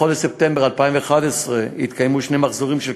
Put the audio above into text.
בחודש ספטמבר 2011 התקיימו שני מחזורים של